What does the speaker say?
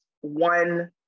one